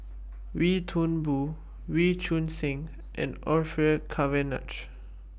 Wee Toon Boon Wee Choon Seng and Orfeur Cavenagh